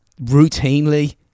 routinely